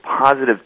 positive